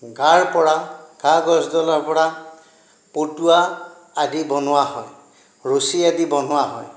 গাৰ পৰা গা গছডালৰ পৰা পটুৱা আদি বনোৱা হয় ৰছী আদি বনোৱা হয়